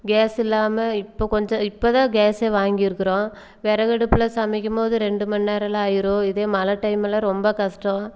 case இல்லாமல் இப்போ கொஞ்சம் இப்போ தான் கேஸ் வாங்கி இருக்குகிறோம் விறகடுப்பில் சமைக்கும் போது இரண்டு மணி நேரம்லாம் ஆயிரும் இதே மழை டைம்லாம் ரொம்ப கஷ்டம்